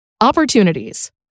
Opportunities